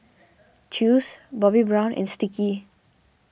Chew's Bobbi Brown and Sticky